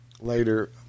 later